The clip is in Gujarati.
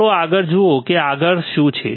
ચાલો આગળ જુઓ કે આગળ શું છે